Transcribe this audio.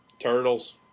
Turtles